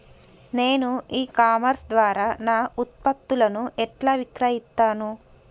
నేను e commerce ద్వారా నా ఉత్పత్తులను ఎట్లా విక్రయిత్తను?